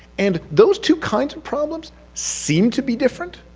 and those two kinds of problems seem to be different,